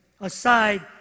aside